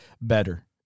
better